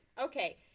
okay